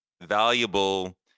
valuable